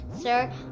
sir